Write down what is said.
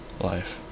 life